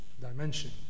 dimension